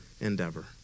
endeavor